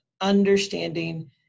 understanding